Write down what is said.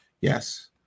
Yes